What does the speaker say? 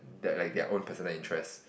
that like their own personal interest